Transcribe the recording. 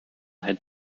had